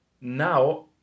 Now